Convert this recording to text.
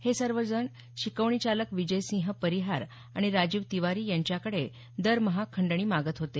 हे सर्वजण शिकवणीचालक विजयसिंह परिहार आणि राजीव तिवारी यांच्याकडे दरमहा खंडणी मागत होते